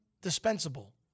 dispensable